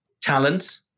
talent